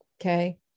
Okay